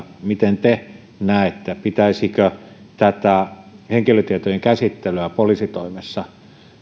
miten te näette pitäisikö tätä henkilötietojen käsittelyä poliisitoimessa